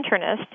internist